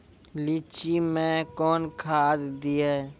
लीची मैं कौन खाद दिए?